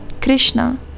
Krishna